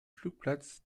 flugplatz